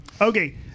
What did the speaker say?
Okay